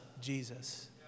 Jesus